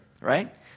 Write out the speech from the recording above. right